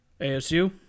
ASU